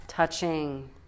Touching